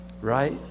right